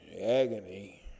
agony